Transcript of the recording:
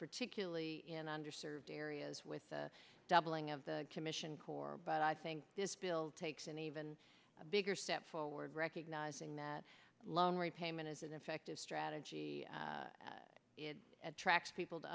particularly in under served areas with the doubling of the commission corps but i think this bill takes an even bigger step forward recognizing that loan repayment as an effective strategy at tracks people to